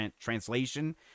translation